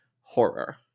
horror